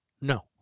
No